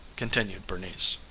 continued bernice.